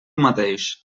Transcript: mateix